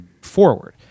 forward